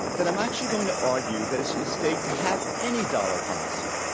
that i'm actually going to argue that it's a mistake to have any dollar policy,